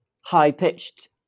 high-pitched